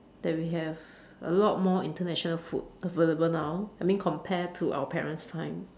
that we have a lot more international food available now I mean compared to our parents time